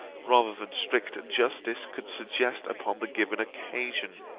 rather than strict justice, could suggest upon the given occasion.